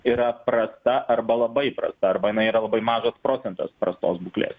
yra prasta arba labai prasta arba jinai yra mažas procentas prastos būklės